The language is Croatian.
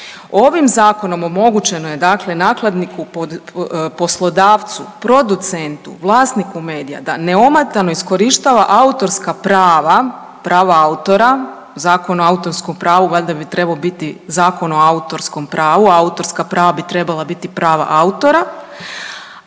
Ovim zakonom omogućeno je dakle nakladniku, poslodavcu, producentu, vlasniku medija da neometano iskorištava autorska prava, prava autora. Zakon o autorskom pravu valjda bi trebao biti Zakon o autorskom pravu, a autorska prava bi trebala biti prava autora,